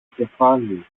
κεφάλι